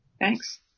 Thanks